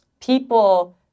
people